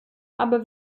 aber